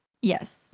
Yes